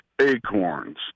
acorns